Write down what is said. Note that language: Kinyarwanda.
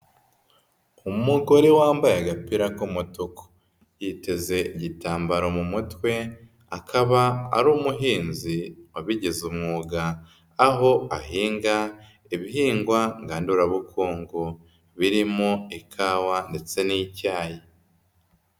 Umugore wambaye agapira k'umutuku, yiteze igitambaro mu mutwe, akaba ari umuhinzi wabigize umwuga, aho ahinga ibihingwa ngandurabukungu birimo ikawa ndetse n'icyayi.